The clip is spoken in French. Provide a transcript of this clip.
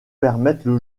permettent